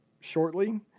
shortly